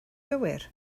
gywir